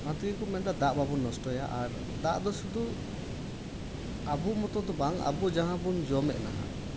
ᱚᱱᱟ ᱛᱮᱜᱮ ᱠᱚ ᱢᱮᱱᱫᱟ ᱫᱟᱜ ᱵᱟᱵᱚᱱ ᱱᱚᱥᱴᱚᱭᱟ ᱟᱨ ᱫᱟᱜ ᱫᱚ ᱥᱩᱫᱩ ᱟᱵᱚ ᱢᱚᱛᱚ ᱫᱚ ᱵᱟᱝ ᱟᱵᱚ ᱡᱟᱦᱟᱸᱵᱚᱱ ᱡᱚᱢᱮᱫ ᱦᱟᱸᱜ